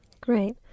Great